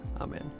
Amen